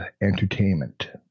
entertainment